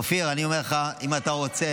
אופיר, אני אומר לך, אם אתה רוצה,